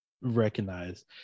recognize